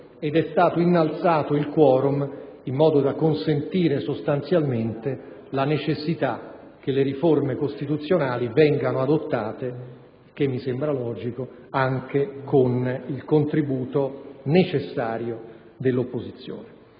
ed é stato innalzato il *quorum*, in modo da consentire che le riforme costituzionali vengano adottate - il che mi sembra logico - anche con il contributo necessario dell'opposizione.